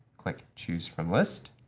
click choose from list.